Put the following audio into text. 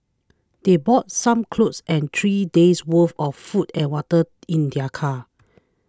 they brought some clothes and three day's worth of food and water in their car